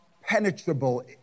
penetrable